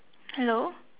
hello